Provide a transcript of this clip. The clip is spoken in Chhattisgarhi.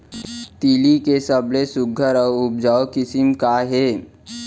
तिलि के सबले सुघ्घर अऊ उपजाऊ किसिम का हे?